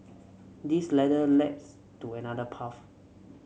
this ladder leads to another path